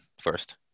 first